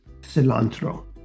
cilantro